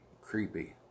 Creepy